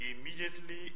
Immediately